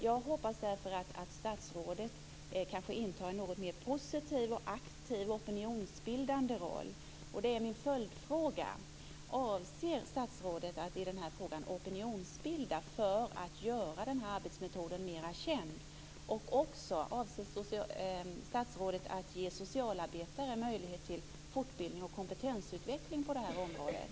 Jag hoppas därför att statsrådet intar en kanske något mer positiv och aktiv opinionsbildande roll. Det är min följdfråga: Avser statsrådet att i den här frågan opinionsbilda för att göra den här arbetsmetoden mera känd? Avser statsrådet att ge socialarbetare möjlighet till fortbildning och kompetensutveckling på det här området?